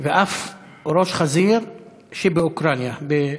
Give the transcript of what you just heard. בצבע ואף בראש חזיר באומן שבאוקראינה.